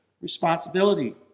responsibility